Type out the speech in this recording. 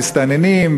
מסתננים,